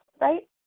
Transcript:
right